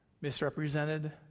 misrepresented